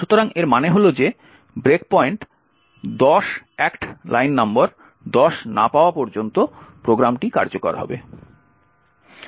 সুতরাং এর মানে হল যে ব্রেক পয়েন্ট 10 অ্যাক্ট লাইন নম্বর 10 না পাওয়া পর্যন্ত প্রোগ্রামটি কার্যকর হবে